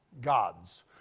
God's